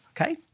okay